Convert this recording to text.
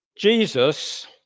Jesus